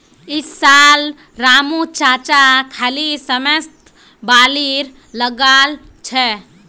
इस साल रामू चाचा खाली समयत बार्ली लगाल छ